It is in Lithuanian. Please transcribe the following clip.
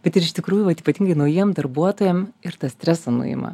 bet ir iš tikrųjų vat ypatingai naujiem darbuotojam ir tą stresą nuima